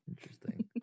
Interesting